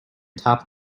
topped